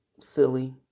silly